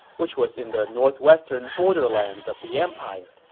which was in the northwestern borderlands of the empire.